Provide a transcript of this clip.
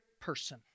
person